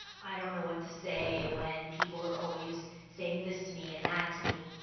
i don't know what to say when people are always saying this to me, and that to me!